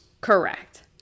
correct